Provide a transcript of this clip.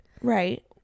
Right